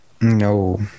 No